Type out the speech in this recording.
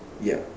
yup